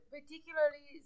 Particularly